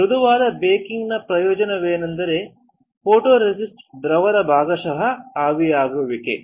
ಮೃದುವಾದ ಬೇಕಿಂಗ್ನ ಪ್ರಯೋಜನವೆಂದರೆ ಫೋಟೊರೆಸಿಸ್ಟ್ ದ್ರಾವಕದ ಭಾಗಶಃ ಆವಿಯಾಗುವಿಕೆ